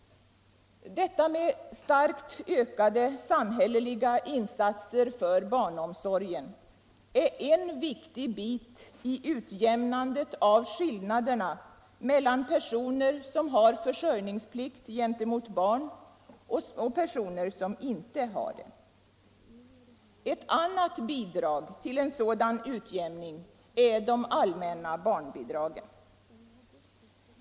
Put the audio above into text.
Detta med starkt ökade samhälleliga insatser för barnomsorgen är en viktig bit i utjämnandet av skillnaderna mellan personer som har försörjningsplikt gentemot barn och sådana som inte har det. Ett annat bidrag till en sådan utjämning är de allmänna barnbidragen.